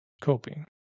coping